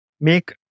make